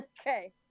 Okay